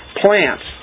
plants